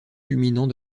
culminant